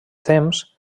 temps